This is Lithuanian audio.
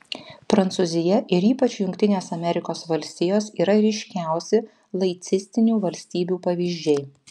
prancūzija ir ypač jungtinės amerikos valstijos yra ryškiausi laicistinių valstybių pavyzdžiai